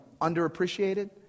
underappreciated